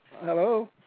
Hello